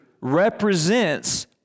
represents